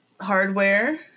hardware